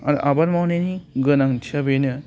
आरो आबाद मावनायनि गोनांथिया बेनो